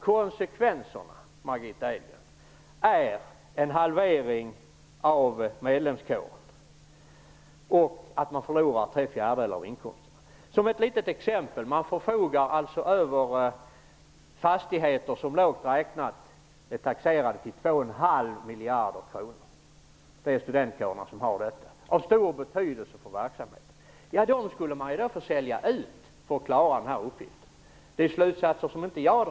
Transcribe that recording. Konsekvenserna är en halvering av medlemskåren och att man förlorar tre fjärdedelar av inkomsterna. Som ett litet exempel: studentkårerna förfogar över fastigheter som lågt räknat är taxerade till två och en halv miljarder kronor. Dessa fastigheter är av stor betydelse för verksamheten. Man skulle tvingas sälja ut dem för att klara den här uppgiften. Slutsatsen är inte min.